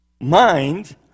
mind